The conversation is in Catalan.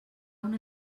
una